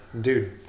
dude